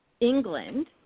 England